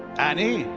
annie,